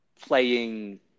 playing